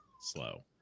slow